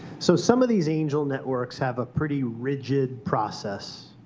so some of these angel networks have a pretty rigid process.